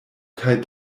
kaj